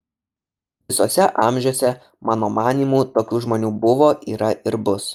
visuose amžiuose mano manymu tokių žmonių buvo yra ir bus